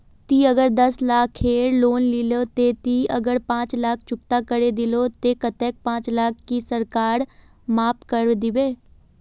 ती अगर दस लाख खेर लोन लिलो ते ती अगर पाँच लाख चुकता करे दिलो ते कतेक पाँच लाख की सरकार माप करे दिबे?